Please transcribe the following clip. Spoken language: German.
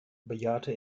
bejahte